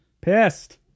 Pissed